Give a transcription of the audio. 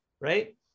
right